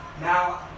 now